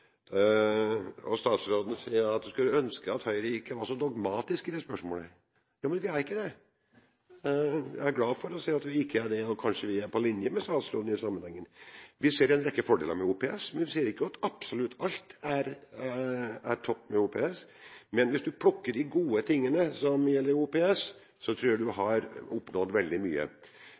og statsråden sa at hun skulle ønske Høyre ikke var så dogmatiske i det spørsmålet. Vi er ikke det. Jeg er glad for å si at vi ikke er det – kanskje vi er på linje med statsråden i den sammenheng. Vi ser en rekke fordeler med OPS, men vi sier ikke at absolutt alt er topp med OPS. Hvis en plukker de gode tingene som gjelder OPS, tror jeg en har oppnådd veldig mye.